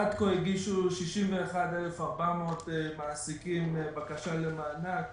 עד כה הגישו 61,400 מעסיקים בקשה למענק,